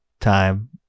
time